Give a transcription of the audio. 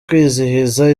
kwizihiza